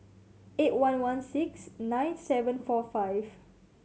eight one one six nine seven four five